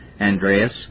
Andreas